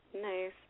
nice